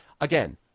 again